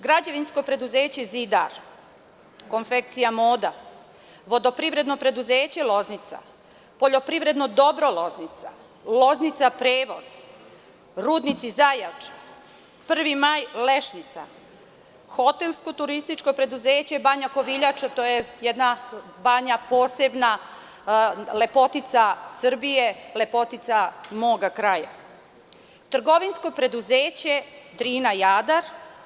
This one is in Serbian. Građevinsko preduzeće „Zidar“, konfekcija „Moda“, vodoprivredno preduzeće „Loznica“, Poljoprivredno dobro „Loznica“, „Loznica“ prevoz, rudnici „Zajača“, „Prvi maj“ Lešnica, hotelsko-turističko preduzeće „Banja Koviljača“, to je jedna posebna banja, lepotica Srbije, lepotica moga kraja, trgovinsko preduzeće „Drina – Jadar“